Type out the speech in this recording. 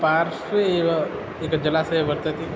पार्श्वे एव एकः जलाशयः वर्तते